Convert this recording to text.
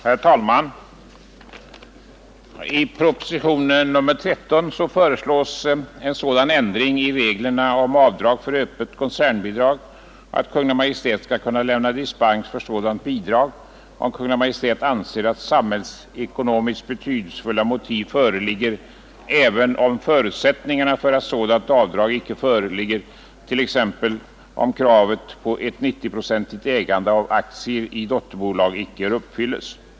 Herr talman! I propositionen 13 föreslås sådan ändring i reglerna om avdrag för öppet koncernbidrag att Kungl. Maj:t skall kunna lämna dispens för sådant bidrag, om Kungl. Maj:t anser att det finns samhällsekonomiskt betydelsefulla motiv därtill, även om förutsättningarna för sådan avdragsrätt icke föreligger — t.ex. om kravet på ett 90-procentigt ägande av aktierna i dotterbolag icke uppfylles.